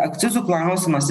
akcizų klausimas